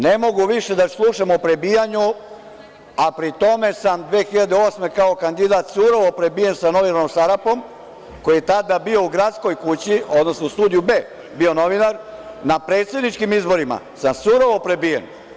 Ne mogu više da slušam o prebijanju, a pri tome sam 2008. godine kao kandidat surovo prebijen sa novinarom Sarapom koji je tada bio u gradskoj kući, odnosno u „Studiju B“, bio je novinar, na predsedničkim izborima sam surovo prebijen.